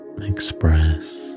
Express